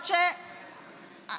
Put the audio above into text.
אתם